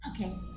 Okay